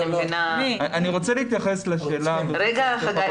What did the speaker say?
רוצה להתייחס לשאלה הזאת --- רגע,